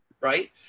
right